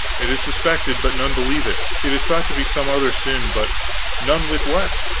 it is suspected, but none believe it. it is thought to be some other sin, but none wit what.